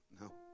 no